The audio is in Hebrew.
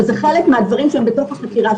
אבל זה חלק מהדברים שהם בתוך החקירה,